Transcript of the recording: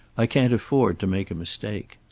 i can't afford to make a mistake.